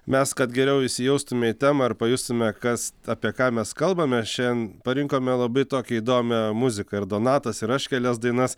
mes kad geriau įsijaustume į temą ir pajustume kas apie ką mes kalbame šiandien parinkome labai tokią įdomią muziką ir donatas ir aš kelias dainas